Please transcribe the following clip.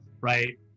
right